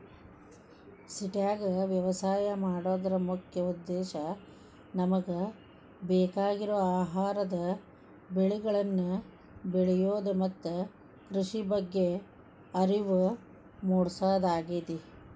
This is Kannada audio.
ಸಿಟ್ಯಾಗ ವ್ಯವಸಾಯ ಮಾಡೋದರ ಮುಖ್ಯ ಉದ್ದೇಶ ನಮಗ ಬೇಕಾಗಿರುವ ಆಹಾರದ ಬೆಳಿಗಳನ್ನ ಬೆಳಿಯೋದು ಮತ್ತ ಕೃಷಿ ಬಗ್ಗೆ ಅರಿವು ಮೂಡ್ಸೋದಾಗೇತಿ